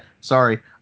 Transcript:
sorry